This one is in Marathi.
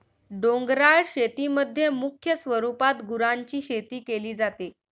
डोंगराळ शेतीमध्ये मुख्य स्वरूपात गुरांची शेती केली जाते